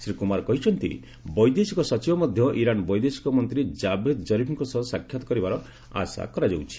ଶ୍ରୀ କୁମାର କହିଛନ୍ତି ବୈଦେଶିକ ସଚିବ ମଧ୍ୟ ଇରାନ ବୈଦେଶିକ ମନ୍ତ୍ରୀ ଜାଭେଦ ଜରିଫଙ୍କ ସହ ସାକ୍ଷାତ କରିବାର ଆଶା କରାଯାଉଛି